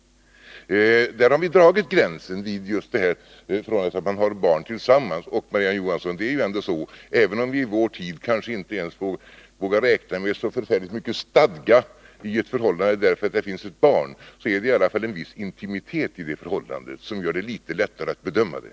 Därför har vi dragit gränsen just vid det förhållandet att de samboende har barn tillsammans. Det är ju ändå så, Marie-Ann Johansson, även om vi i vår tid kanske inte ens vågar räkna med så förfärligt mycket stadga i ett förhållande därför att det finns barn, att det finns en viss intimitet i det förhållandet som gör det litet lättare att bedöma det.